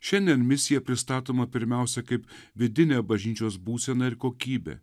šiandien misija pristatoma pirmiausia kaip vidinę bažnyčios būseną ir kokybę